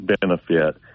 benefit